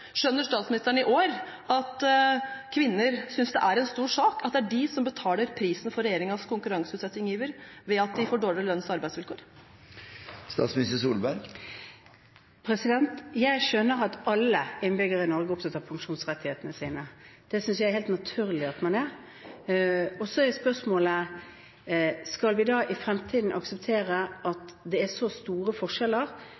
Skjønner statsministeren i år at kvinner synes det er en stor sak at det er de som betaler prisen for regjeringens konkurranseutsettingsiver ved at de får dårligere lønns- og arbeidsvilkår? Jeg skjønner at alle innbyggerne i Norge er opptatt av pensjonsrettighetene sine. Det synes jeg er helt naturlig at man er. Og så er spørsmålet: Skal vi da i fremtiden akseptere at det er så store forskjeller